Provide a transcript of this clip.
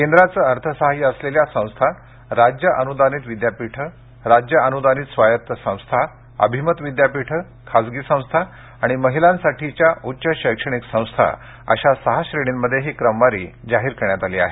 केंद्राचं अर्थ सहाय्य असलेल्या संस्था राज्य अनुदानित विद्यापीठे राज्य अनुदानित स्वायत्त संस्था अभिमत विद्यापीठे खाजगी संस्था आणि महिलांसाठीच्या उच्च शैक्षणिक संस्था अशा सहा श्रेणींमध्ये ही क्रमवारी जाहीर करण्यात आली आहे